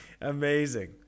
amazing